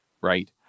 right